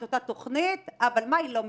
את אותה תכנית, אבל מה היא לא מתקצבת.